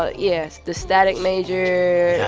ah yeah, the static major. yeah.